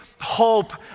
hope